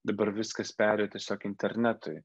dabar viskas perėjo tiesiog internetui